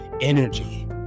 energy